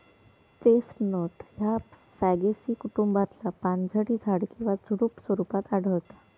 chestnut ह्या फॅगेसी कुटुंबातला पानझडी झाड किंवा झुडुप स्वरूपात आढळता